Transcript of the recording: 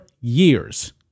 years